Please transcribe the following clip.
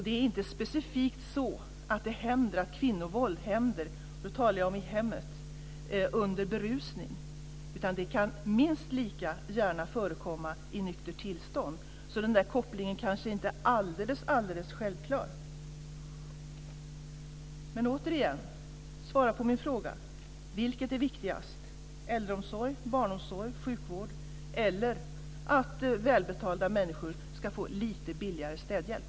Det är inte specifikt så att kvinnovåld inträffar - nu talar jag om våld i hemmet - under berusning. Det kan lika gärna förekomma i nyktert tillstånd. Så den där kopplingen kanske inte är alldeles självklar. Men återigen, svara på min fråga: Vilket är viktigast - äldreomsorg, barnomsorg och sjukvård eller att välbetalda människor ska få lite billigare städhjälp?